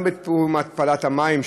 גם בתחום התפלת המים,